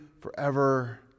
forever